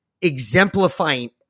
exemplifying